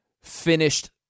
finished